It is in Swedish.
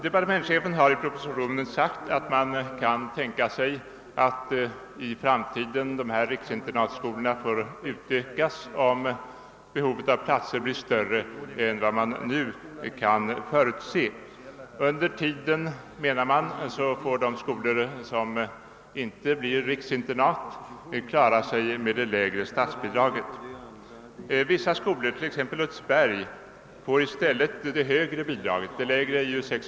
Departementschefen har i propositionen sagt att man kan tänka sig att dessa riksinternatskolor i framtiden får utökas, om behovet av platser blir större än vad man nu kan förutse. Under tiden får de skolor som inte blir riksinternat klara sig med det lägre statsbidraget. Vissa skolor, t.ex. Lunds berg, får i stället det högre bidraget. Det lägre bidraget är ju kr.